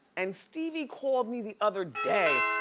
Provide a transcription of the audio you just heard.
and stevie called me the other day.